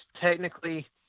technically